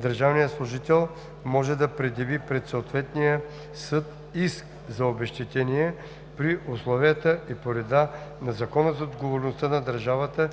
държавният служител може да предяви пред съответния съд иск за обезщетение при условията и по реда на Закона за отговорността на държавата